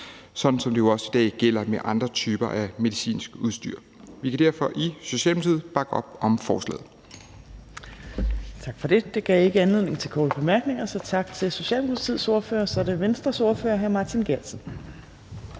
sådan som det også i dag gælder med andre typer af medicinsk udstyr. Vi kan derfor i Socialdemokratiet bakke op om forslaget.